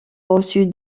reçu